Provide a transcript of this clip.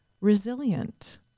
resilient